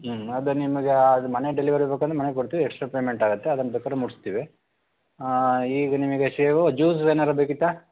ಹ್ಞೂ ಅದು ನಿಮಗೆ ಅದು ಮನೆ ಡೆಲಿವರಿ ಬೇಕು ಅಂದರೆ ಮನೆಗೆ ಕೊಡ್ತೀವಿ ಎಕ್ಷ್ಟ್ರಾ ಪೇಮೆಂಟ್ ಆಗುತ್ತೆ ಅದನ್ನ ಬೇಕಾರೆ ಮುಟ್ಟಿಸ್ತೀವಿ ಈಗ ನಿಮಗೆ ಶೇವು ಜ್ಯೂಸ್ ಏನಾರು ಬೇಕಿತ್ತಾ